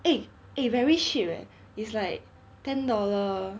eh eh very cheap eh is like ten dollar